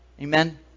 Amen